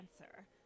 answer